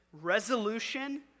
resolution